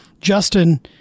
Justin